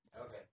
Okay